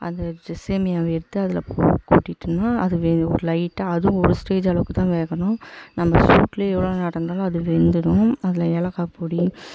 அது சேமியாவை எடுத்து அதில் கொட்டிட்டோம்னா அது ஒரு லைட்டாக அதுவும் ஒரு ஸ்டேஜ் அளவுக்கு தான் வேகணும் நம்ம சூட்டுலேயே எவ்வளோ நேரம் இருந்தாலும் அது வெந்துவிடும் அதில் ஏலக்காப் பொடி